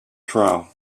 trial